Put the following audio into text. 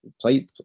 play